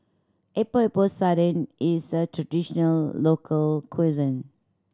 Epok Epok Sardin is a traditional local cuisine